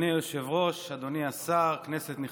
אדוני היושב-ראש, אדוני השר, כנסת נכבדה,